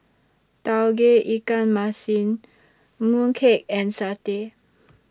Tauge Ikan Masin Mooncake and Satay